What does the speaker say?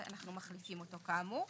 שאנחנו מחליפים אותו כאמור.